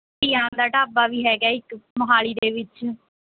ਧੀਆਂ ਦਾ ਢਾਬਾ ਵੀ ਹੈਗਾ ਹੈ ਇੱਕ ਮੋਹਾਲੀ ਦੇ ਵਿੱਚ